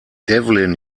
devlin